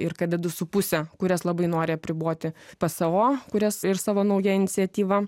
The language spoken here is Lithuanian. ir kada du su puse kurias labai nori apriboti pso kurias ir savo nauja iniciatyva